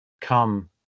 come